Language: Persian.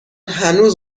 هنوز